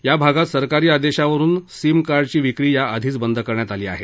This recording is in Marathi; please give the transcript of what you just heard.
या भागात सरकारी आदेशावरून सिम कार्डची विक्री याआधीच बंद करण्यात आली आहे